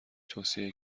توصیه